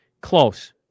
Close